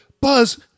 buzz